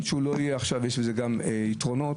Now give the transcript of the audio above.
יש לזה גם יתרונות,